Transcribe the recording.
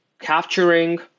capturing